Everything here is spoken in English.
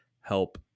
help